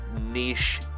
niche